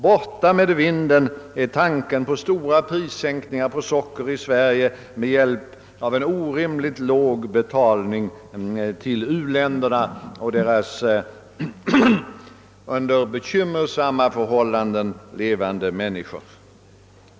Borta med vinden är tanken på stora prissänkningar på socker i Sverige med hjälp av orimligt låg betalning till u-länderna och deras under bekymmersamma förhållanden levande människor.